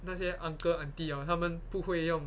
那些 uncle auntie orh 他们不会用